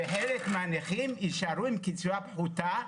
שחלק מהנכים יישארו עם קצבה פחותה,